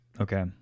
Okay